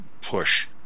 push